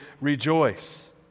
rejoice